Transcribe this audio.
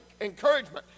encouragement